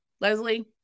Leslie